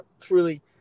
truly